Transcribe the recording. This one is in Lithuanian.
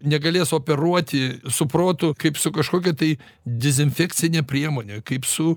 negalės operuoti su protu kaip su kažkokia tai dezinfekcine priemone kaip su